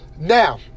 Now